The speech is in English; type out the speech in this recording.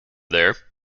there